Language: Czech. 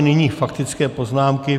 Nyní faktické poznámky.